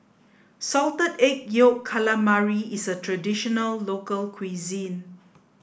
salted egg yolk calamari is a traditional local cuisine